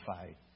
fight